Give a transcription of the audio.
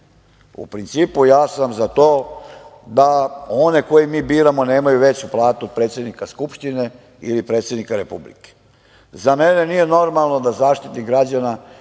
principu, ja sam za to da one koje mi biramo nemaju veću platu od predsednika Skupštine ili predsednika Republike. Za mene nije normalno da Zaštitnik građana